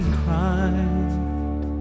cried